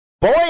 boy